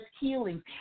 healing